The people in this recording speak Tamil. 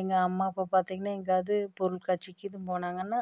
எங்கள் அம்மா அப்பா பார்த்திங்கனா எங்கயாவது பொருட்காட்சிக்கு எதுவும் போனாங்கன்னா